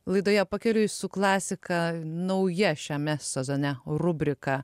laidoje pakeliui su klasika nauja šiame sezone rubrika